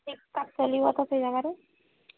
ଠିକ୍ ଠାକ୍ ଚାଲିବ ତ ସେଇ ଜାଗାରେ